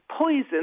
poison